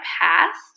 past